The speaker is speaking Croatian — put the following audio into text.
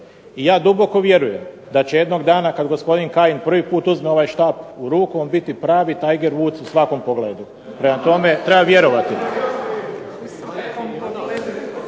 I ja duboko vjerujem da će jednog dana kada gospodin Kajin prvi puta uzme ovaj štap u ruku on biti pravi Tiger Woods u svakom pogledu. Prema tome, treba vjerovati.